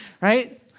right